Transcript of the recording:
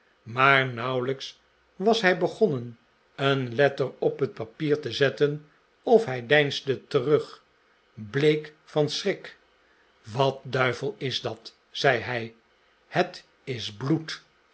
maar nauwelijks was hij begonnen een letter op het papier te zetten of hij deinsde terug bleek van schrik wat duivel is dat zei hij het is bloed